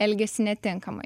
elgiasi netinkamai